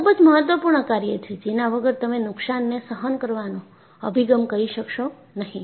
આ ખૂબ જ મહત્વપૂર્ણ કાર્ય છે જેના વગર તમે નુકસાનને સહન કરવાનો અભિગમ કરી શકશો નહીં